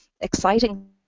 exciting